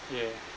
yeah